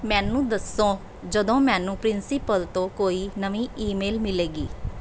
ਮੈਨੂੰ ਦੱਸੋ ਜਦੋਂ ਮੈਨੂੰ ਪ੍ਰਿੰਸੀਪਲ ਤੋਂ ਕੋਈ ਨਵੀਂ ਈਮੇਲ ਮਿਲੇਗੀ